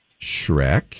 Shrek